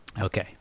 Okay